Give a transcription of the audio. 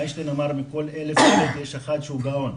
איינשטיין אמר, מכל 1,000 ילד יש אחד שהוא גאון.